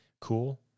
cool